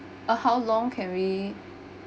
uh how long can we